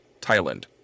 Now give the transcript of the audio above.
Thailand